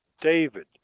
David